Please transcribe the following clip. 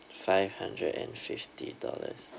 five hundred and fifty dollars